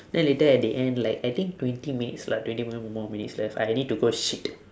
then later at the end like I think twenty minutes lah twenty m~ more minutes left I need to go shit